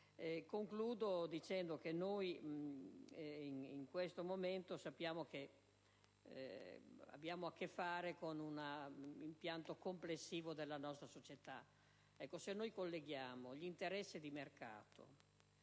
Concludo dicendo che noi, in questo momento, sappiamo che abbiamo a che fare con un impianto complessivo della nostra società. Se colleghiamo gli interessi di mercato